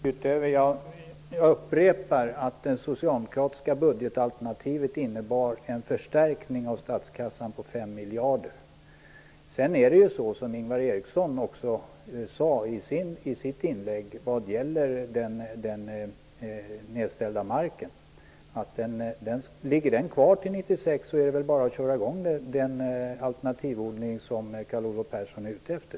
Herr talman! Jag upprepar att det socialdemokratiska budgetalternativet innebar en förstärkning av statskassan på 5 miljarder. Som Ingvar Eriksson sade i sitt inlägg om den omställda marken är det bara att köra i gång med alternativodling om marken legat i träda till 1996. Det är ju vad Carl Olov Persson är ute efter.